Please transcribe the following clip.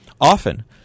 Often